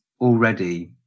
already